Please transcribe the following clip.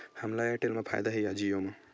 हमला एयरटेल मा फ़ायदा हे या जिओ मा?